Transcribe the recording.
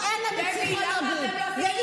כן, זאת הצעה, זה נורא קל, דבי.